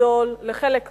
לחלק מהם,